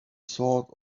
thought